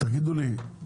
תגידו לי,